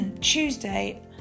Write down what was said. tuesday